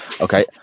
okay